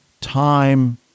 time